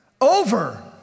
Over